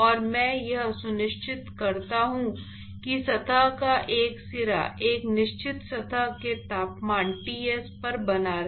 और मैं यह सुनिश्चित करता हूं कि सतह का एक सिरा एक निश्चित सतह के तापमान Ts पर बना रहे